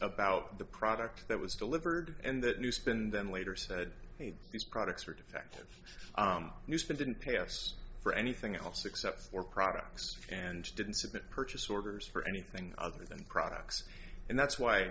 about the product that was delivered and that new spend then later said these products are defective new spending payoffs for anything else except for products and didn't submit purchase orders for anything other than products and that's why